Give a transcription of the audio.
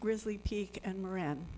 grizzly peak and moran